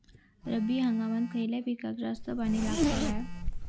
रब्बी हंगामात खयल्या पिकाक जास्त पाणी लागता काय?